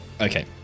Okay